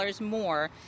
more